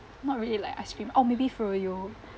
not really like ice cream oh maybe froyo